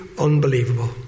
unbelievable